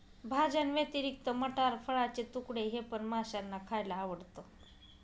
भाज्यांव्यतिरिक्त मटार, फळाचे तुकडे हे पण माशांना खायला आवडतं